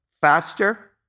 faster